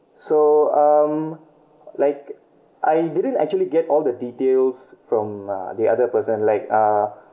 so um like I didn't actually get all the details from uh the other person like uh